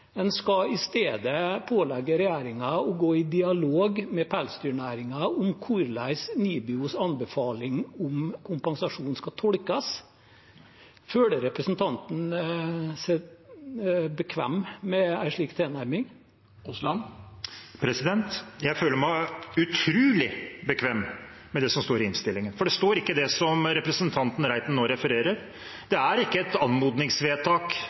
En skal i stedet pålegge regjeringen å gå i dialog med pelsdyrnæringen om hvordan NIBIOs anbefaling om kompensasjon skal tolkes. Føler representanten Aasland seg bekvem med en slik tilnærming? Jeg føler meg utrolig bekvem med det som står i innstillingen, for det står ikke det som representanten Reiten nå refererer. Det er ikke et anmodningsvedtak